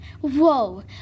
Whoa